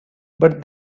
but